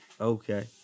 Okay